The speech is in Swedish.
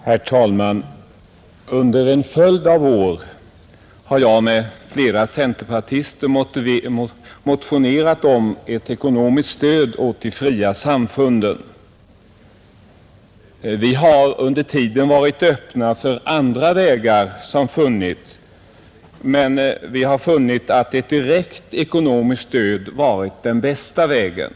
Herr talman! Under en följd av år har jag tillsammans med flera centerpartister motionerat om ett ekonomiskt stöd åt de fria samfunden. Vi har under tiden varit öppna för andra vägar, men vi har funnit att ett direkt ekonomiskt stöd varit den bästa vägen.